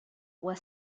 were